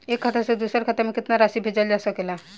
एक खाता से दूसर खाता में केतना राशि भेजल जा सके ला?